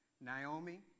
Naomi